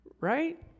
Right